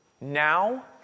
Now